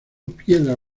piedra